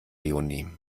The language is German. leonie